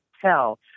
tell